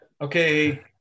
Okay